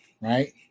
right